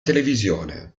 televisione